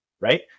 right